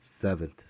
seventh